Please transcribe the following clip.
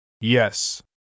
Yes